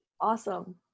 Awesome